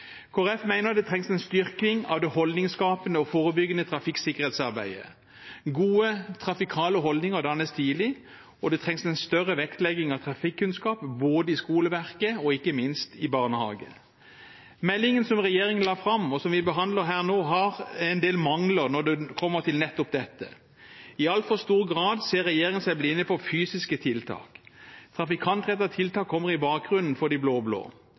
Folkeparti mener det trengs en styrking av det holdningsskapende og forebyggende trafikksikkerhetsarbeidet. Gode trafikale holdninger dannes tidlig, og det trengs en større vektlegging av trafikkunnskap både i skoleverket og ikke minst i barnehagen. Meldingen som regjeringen la fram, og som vi behandler her nå, har en del mangler når det kommer til nettopp dette. I altfor stor grad ser regjeringen seg blind på fysiske tiltak. Trafikantrettede tiltak kommer i bakgrunnen for de